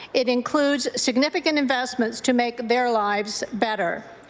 it includes significant investments to make their lives better.